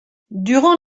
durant